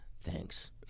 Thanks